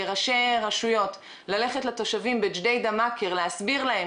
כראשי רשויות ללכת לתושבים בג'דידה-מכר להסביר להם